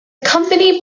company